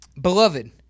beloved